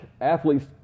athletes